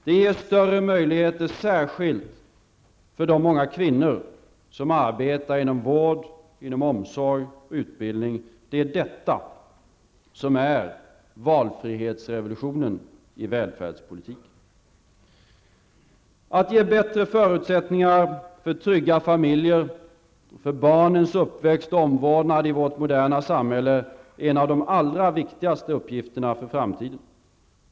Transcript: Det ger större möjligheter särskilt för de många kvinnor som arbetar inom vård, omsorg och utbildning. Det är detta som är valfrihetsrevolutionen i välfärdspolitiken. Att ge bättre förutsättningar för trygga familjer och för barnens uppväxt och omvårdnad i vårt moderna samhälle är en av de allra viktigaste uppgifterna för framtiden.